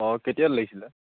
অঁ কেতিয়ালৈ লাগিছিলে